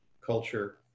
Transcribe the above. culture